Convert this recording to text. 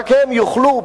רק הם יוכלו,